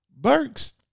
Burks